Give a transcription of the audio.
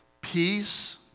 peace